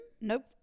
Nope